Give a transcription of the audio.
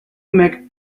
make